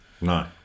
No